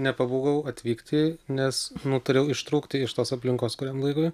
nepabūgau atvykti nes nutariau ištrūkti iš tos aplinkos kuriam laikui